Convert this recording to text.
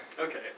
Okay